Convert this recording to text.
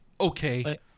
okay